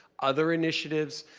other initiatives,